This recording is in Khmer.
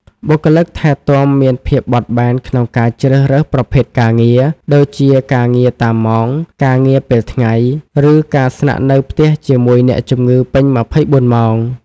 បុគ្គលិកថែទាំមានភាពបត់បែនក្នុងការជ្រើសរើសប្រភេទការងារ ដូចជាការងារតាមម៉ោង ការងារពេលថ្ងៃ ឬការស្នាក់នៅផ្ទះជាមួយអ្នកជំងឺពេញ ២៤ ម៉ោង។